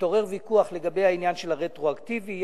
התעורר ויכוח לגבי העניין של הרטרואקטיביות.